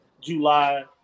July